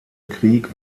krieg